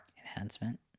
enhancement